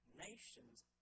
nations